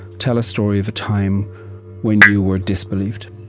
tell a story of a time when you were disbelieved?